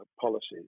policies